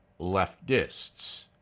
leftists